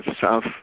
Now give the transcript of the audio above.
South